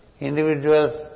individuals